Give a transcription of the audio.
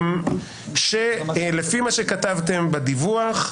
לפי מה שכתבתם בדיווח,